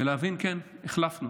ולהבין: כן, החלפנו.